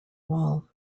wall